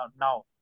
now